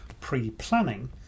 pre-planning